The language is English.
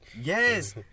yes